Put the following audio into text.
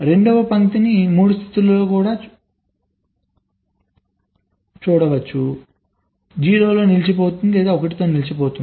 రెండవ పంక్తి 3 రాష్ట్రాల్లో కూడా మంచిది 0 వద్ద నిలిచిపోతుంది లేదా 1 వద్ద నిలిచిపోతుంది